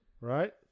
Right